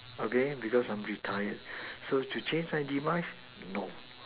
okay because I'm retired so to change my demise no